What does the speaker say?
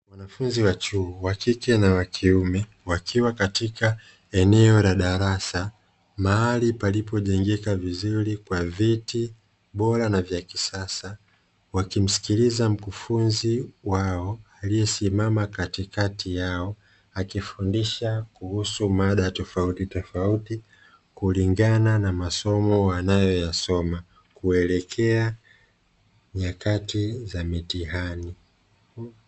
Wanafunzi wa chuo wa kike na wakiume wakiwa katika eneo la darasa, mahali palipojengeka vizuri kwa viti bora na vya kisasa, wakimsikiliza mkufunzi wao aliyesimama katikati yao; akifundisha kuhusu mada tofauti tofauti kulingana na masomo wanayoyasoma kuelekea nyakati za mitihani.